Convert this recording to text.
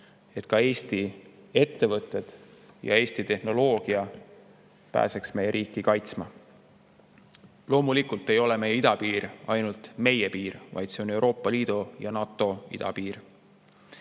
et ka Eesti ettevõtted ja Eesti tehnoloogia pääseks meie riiki kaitsma. Loomulikult ei ole meie idapiir ainult meie piir, vaid see on Euroopa Liidu ja NATO idapiir.